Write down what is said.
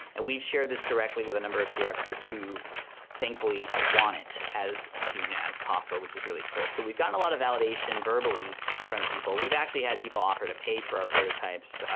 and we've shared this directly with a number of videographers who thankfully want it as soon as possible, which is really cool. so we've gotten a lot of validation verbally from people. we've actually had people offer to pay for our prototypes,